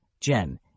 Jen